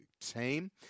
team